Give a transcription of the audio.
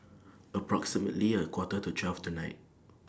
approximately A Quarter to twelve tonight